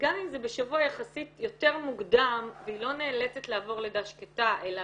גם אם זה בשבוע יחסית יותר מוקדם והיא לא נאלצת לעבור לידה שקטה אלא